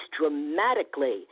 Dramatically